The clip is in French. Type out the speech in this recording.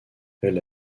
elle